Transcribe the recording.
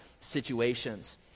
situations